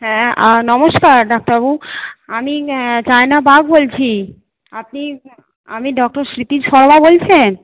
হ্যাঁ নমস্কার ডাক্তারবাবু আমি চায়না বাগ বলছি আপনি আমি ডক্টর স্মৃতি শর্মা বলছেন